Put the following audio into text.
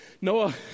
Noah